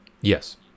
Yes